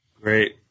Great